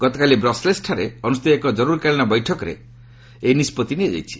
ଗତକାଲି ବ୍ରସେଲ୍ସ୍ରେ ଅନୁଷ୍ଠିତ ଏକ ଜରୁରୀକାଳୀନ ବୈଠକରେ ଏହି ନିଷ୍ପଭି ନିଆଯାଇଛି